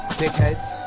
dickheads